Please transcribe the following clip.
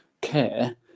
care